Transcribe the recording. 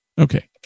Okay